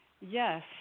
Yes